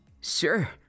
sure